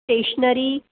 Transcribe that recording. stationary